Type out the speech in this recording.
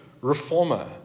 reformer